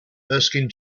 erskine